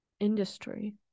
Industry